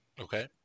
Okay